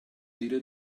dire